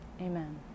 Amen